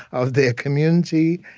of their community.